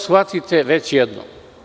Shvatite to već jednom.